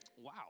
Wow